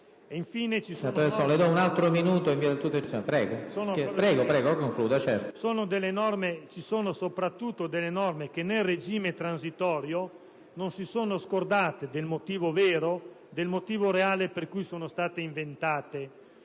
Ci sono soprattutto norme che nel regime transitorio non si sono scordate del motivo reale per cui sono state inventate: